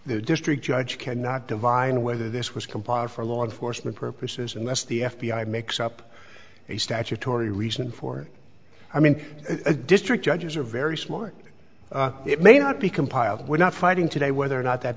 the district judge cannot divine whether this was compiled for law enforcement purposes and that's the f b i makes up a statutory reason for i mean a district judges are very smart it may not be compiled we're not fighting today whether or not that